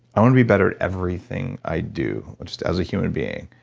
i want to be better at everything i do just as a human being,